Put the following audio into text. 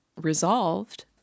resolved